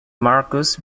marcus